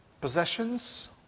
Possessions